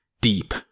deep